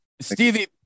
Stevie